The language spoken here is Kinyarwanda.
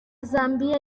zambiya